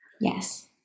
Yes